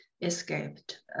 escaped